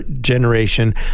generation